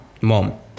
Mom